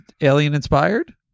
alien-inspired